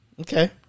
Okay